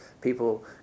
people